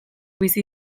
bizi